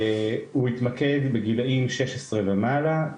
והוא התמקד בגילאים 16 ומעלה,